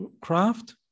craft